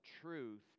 truth